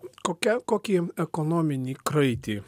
kokia kokį ekonominį kraitį